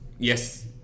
Yes